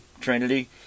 Trinity